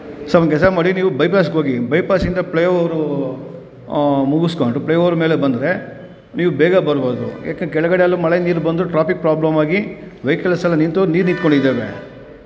sir ಒಂದು ಕೆಲಸ ಮಾಡಿ ನೀವು ಬೈಪಾಸ್ಗೆ ಹೋಗಿ ಬೈಪಾಸಿಂದ ಫ್ಲೈ ಓವರು ಮುಗಿಸ್ಕೊಂಡು ಫ್ಲೈ ಓವರ್ ಮೇಲೆ ಬಂದರೆ ನೀವು ಬೇಗ ಬರ್ಬೋದು ಯಾಕೆ ಕೆಳಗಡೆ ಅಲ್ಲಿ ಮಳೆ ನೀರು ಬಂದು ಟ್ರಾಫಿಕ್ ಪ್ರಾಬ್ಲಮಾಗಿ ವೆಹಿಕಲ್ಸ್ ಎಲ್ಲ ನಿಂತು ನೀರು ನಿಂತ್ಕೊಂಡಿದ್ದಾವೆ